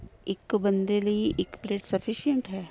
ਇੱਕ ਬੰਦੇ ਲਈ ਇੱਕ ਪਲੇਟ ਸਫੀਸ਼ੈਂਟ ਹੈ